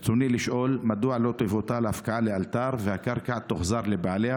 ברצוני לשאול: 1. מדוע לא תבוטל ההפקעה לאלתר והקרקע תוחזר לבעליה?